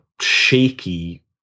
shaky